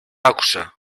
άκουσα